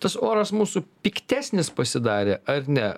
tas oras mūsų piktesnis pasidarė ar ne